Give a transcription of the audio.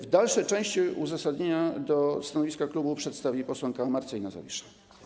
W dalszej części uzasadnienie stanowiska klubu przedstawi posłanka Marcelina Zawisza.